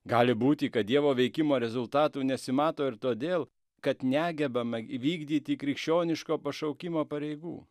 gali būti kad dievo veikimo rezultatų nesimato ir todėl kad negebame įvykdyti krikščioniško pašaukimo pareigų